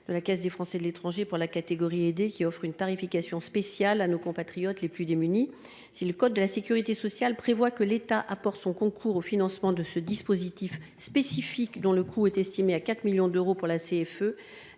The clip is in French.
de la Caisse des Français de l’étranger pour la catégorie aidée, qui offre une tarification spéciale à nos compatriotes les plus démunis. Si le code de la sécurité sociale prévoit le concours de l’État au financement de ce dispositif spécifique, dont le coût est estimé à 4 millions d’euros pour la CFE,